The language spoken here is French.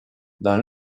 dans